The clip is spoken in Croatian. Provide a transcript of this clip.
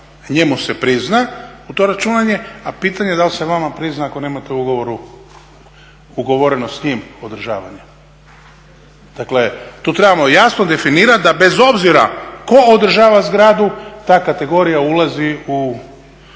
njemu se prizna u to računanje a pitanje da li se vama prizna ako nemate u ugovoru ugovoreno s njim održavanje. Dakle tu trebamo jasno definirati da bez obzira tko održava zgradu ta kategorija ulazi u